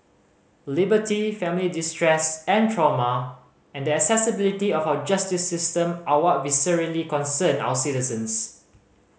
liberty family distress and trauma and the accessibility of our justice system are what viscerally concern our citizens